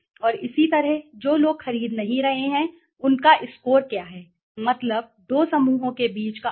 और इसी तरह जो लोग खरीद नहीं रहे हैं उनका स्कोर क्या है मतलब दो समूह के बीच का अंतर